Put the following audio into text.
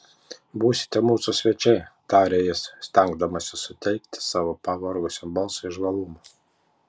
būsite mūsų svečiai tarė jis stengdamasis suteikti savo pavargusiam balsui žvalumo